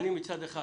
מצד אחד,